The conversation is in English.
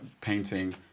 painting